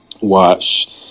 watch